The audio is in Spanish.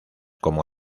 como